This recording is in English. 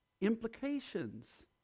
implications